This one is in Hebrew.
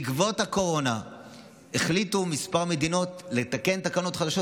בעקבות הקורונה החליטו כמה מדינות לתקן תקנות חדשות,